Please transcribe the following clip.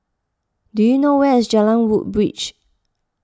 do you know where is Jalan Woodbridge